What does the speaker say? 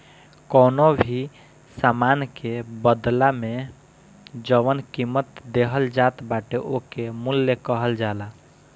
कवनो भी सामान के बदला में जवन कीमत देहल जात बाटे ओके मूल्य कहल जाला